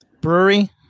brewery